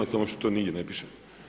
Samo što to nigdje ne piše.